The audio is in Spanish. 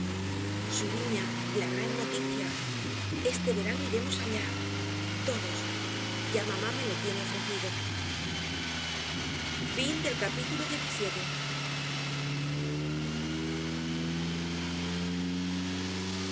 esto suriña la gran noticia este verano iremos allá todos ya mamá me lo tiene ofrecido